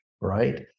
right